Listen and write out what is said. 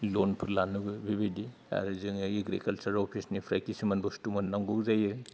लनफोर लानोबो बेबायदि आरो जोङो एग्रिकालचार अफिसनिफ्राय किसुमान बुस्थु मोननांगौबो जायो